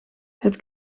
het